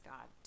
God